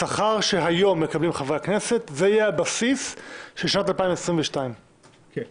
השכר שהיום מקבלים חברי הכנסת יהיה הבסיס של שנת 2022. כן.